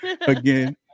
again